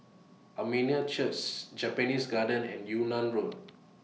Armenian Church Japanese Garden and Yunnan Road